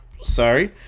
Sorry